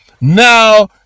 Now